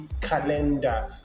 calendar